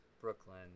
Brooklyn